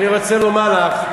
אני רוצה לומר לך,